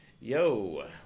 Yo